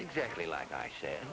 exactly like i sa